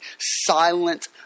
silent